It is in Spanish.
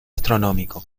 astronómico